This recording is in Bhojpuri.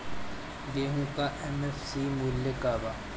गेहू का एम.एफ.सी मूल्य का बा?